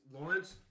Lawrence